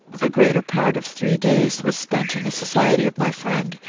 the greater part of three days was spent in the society of my friend,